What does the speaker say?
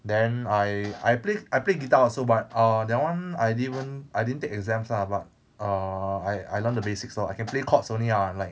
then I I play I play guitar also but err that one I didn't even I didn't take exams lah but err I I learned the basics lor I can play chords only ah like